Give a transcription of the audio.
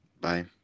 bye